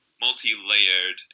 Multi-layered